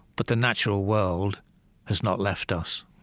but the natural world has not left us